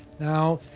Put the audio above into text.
now,